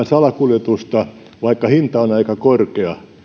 salakuljetusta vaikka hinta on aika korkea